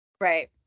Right